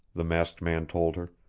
the masked man told her.